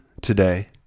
today